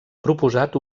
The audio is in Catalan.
proposat